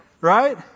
Right